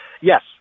Yes